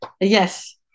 yes